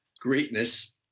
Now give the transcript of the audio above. greatness